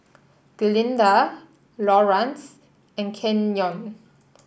Glinda Laurance and Kenyon